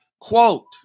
quote